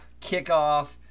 kickoff